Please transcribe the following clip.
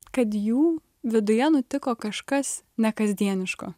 kad jų viduje nutiko kažkas nekasdieniško